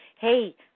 hey